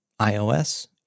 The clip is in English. iOS